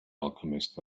alchemist